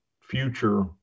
future